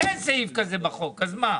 אין סעיף כזה בחוק, אז מה?